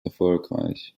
erfolgreich